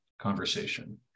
conversation